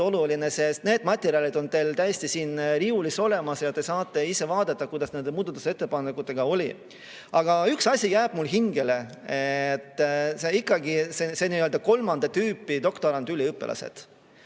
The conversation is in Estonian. oluline, sest need materjalid on teil siin riiulis täiesti olemas ja te saate ise vaadata, kuidas nende muudatusettepanekutega oli. Aga üks asi jääb mul hingele. Ikkagi need n-ö kolmandat tüüpi doktorant-üliõpilased.